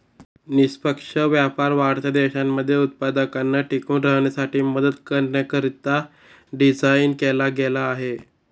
निष्पक्ष व्यापार वाढत्या देशांमध्ये उत्पादकांना टिकून राहण्यासाठी मदत करण्याकरिता डिझाईन केला गेला आहे